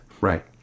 right